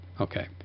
Okay